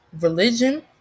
Religion